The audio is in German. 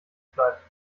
bleibt